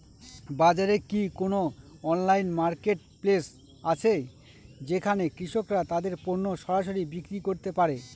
বাজারে কি কোন অনলাইন মার্কেটপ্লেস আছে যেখানে কৃষকরা তাদের পণ্য সরাসরি বিক্রি করতে পারে?